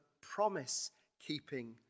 promise-keeping